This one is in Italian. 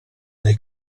dai